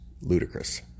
ludicrous